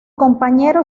compañero